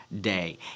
day